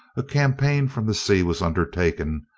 a campaign from the sea was undertaken,